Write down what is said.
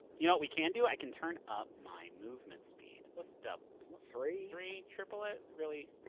you know what we can do? i can turn up my movement speed. let's doub three? three? triple it? really.